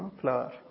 Flower